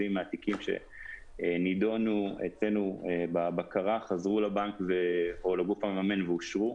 מהתיקים שנדונו אצלנו בבקרה חזרו לבנק או לגוף המממן ואושרו.